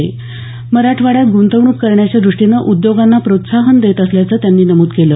या विभागात गृंतवणूक करण्याच्या द्रष्टीनं उद्योगांना प्रोत्साहन देत असल्याचं त्यांनी नमूद केलं